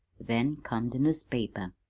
then come the newspaper.